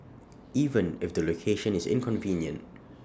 even if the location is inconvenient